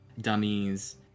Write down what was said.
dummies